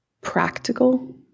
practical